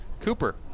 Cooper